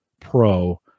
Pro